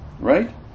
right